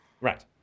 Right